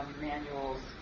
manual's